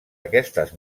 aquestes